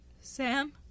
Sam